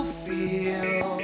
feel